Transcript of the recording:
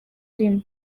rimwe